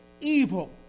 evil